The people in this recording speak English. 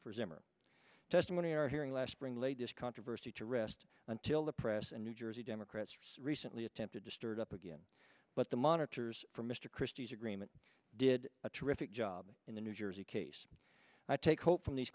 for zimmer testimony our hearing last spring latest controversy to rest until the press and new jersey democrats recently attempted to stir it up again but the monitors from mr christie's agreement did a terrific job in the new jersey case i take hope from these